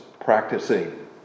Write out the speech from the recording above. practicing